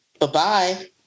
Bye-bye